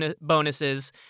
bonuses